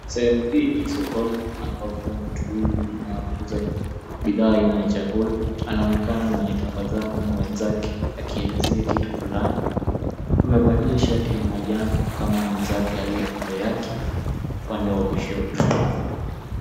Sehemu hii ni ya sokoni ambapo mtu huyu anauza bidhaa aina ya chakula na anaonekana mwenye tabasamu akielezea kitu fulani, amevalia shati la manjano kama mwenzake kando yake upande wa kushoto.